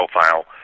profile